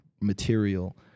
material